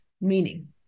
meaning